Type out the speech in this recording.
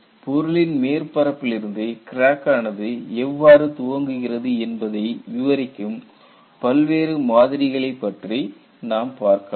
பொருளின் மேற்பரப்பிலிருந்து கிராக் ஆனது எவ்வாறு துவங்குகிறது என்பதை விவரிக்கும் பல்வேறு மாதிரிகளைப் பற்றி நாம் பார்க்கலாம்